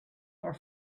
are